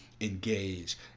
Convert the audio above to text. engage